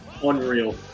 unreal